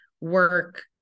work